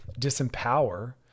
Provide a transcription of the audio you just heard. disempower